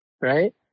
right